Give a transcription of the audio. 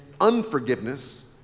unforgiveness